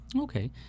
Okay